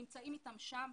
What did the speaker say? נמצאים אתם שם.